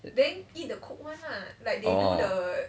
orh